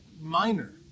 Minor